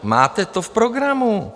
Máte to v programu.